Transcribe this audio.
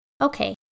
Okay